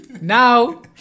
Now